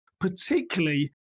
particularly